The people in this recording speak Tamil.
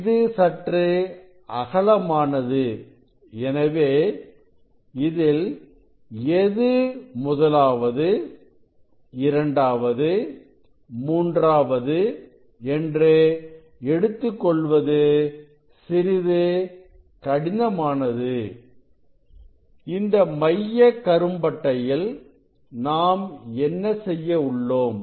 இது சற்று அகலமானது எனவே இதில் எது முதலாவது இரண்டாவது மூன்றாவது என்று எடுத்துக் கொள்வது சிறிது கடினமானது இந்த மைய கரும் பட்டையில் நாம் என்ன செய்ய உள்ளோம்